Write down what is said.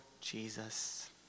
Jesus